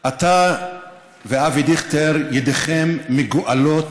אתה ואבי דיכטר, ידיכם מגואלות